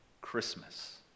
Christmas